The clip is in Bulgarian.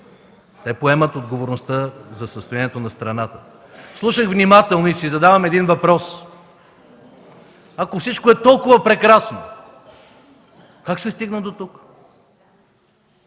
те поемат отговорността за състоянието на страната. Слушах внимателно и си задавам един въпрос: Ако всичко е толкова прекрасно, как се стигна дотук?